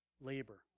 labor